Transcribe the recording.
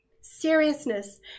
seriousness